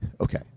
Okay